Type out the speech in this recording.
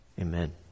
Amen